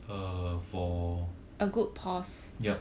uh for yup